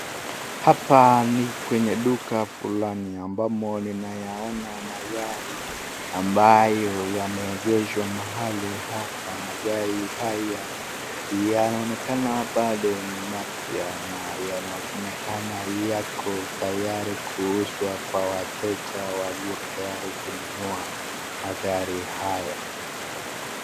Hapa ni kwenye duka fulani ambamo ninayaona magari ambayo yameegeshwa mahali hapa. Magari haya, yanaonekana bado ni mapya na yanaonekana yako tayari kuuzwa kwa wateja walio tayari kununua magari haya.